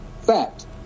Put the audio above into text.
Fact